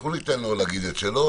אנחנו ניתן לו להגיד את שלו,